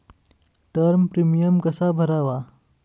Term premium कसा भरावा?